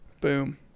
Boom